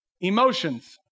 emotions